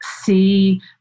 see